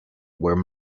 where